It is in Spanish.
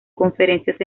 conferencias